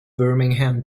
birmingham